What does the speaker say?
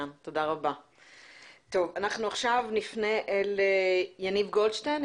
עכשיו נפנה אל יניב גולדשטיין.